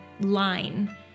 line